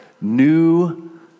New